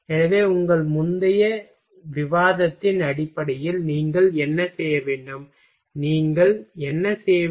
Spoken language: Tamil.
எனவே உங்கள் முந்தைய எங்கள் விவாதத்தின் அடிப்படையில் நீங்கள் என்ன செய்ய வேண்டும் நீங்கள் என்ன செய்ய வேண்டும்